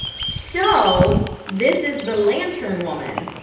so this is the lantern woman